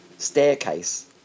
staircase